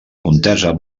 contesa